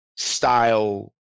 style